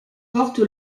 porte